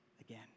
again